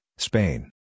Spain